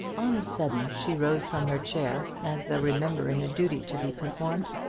on a sudden she rose from her chair, as though remembering a duty to be performed,